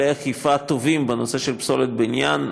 כלי אכיפה טובים בנושא של פסולת בניין,